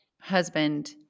husband